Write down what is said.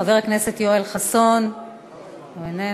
חבר הכנסת יואל חסון, איננו.